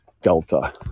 Delta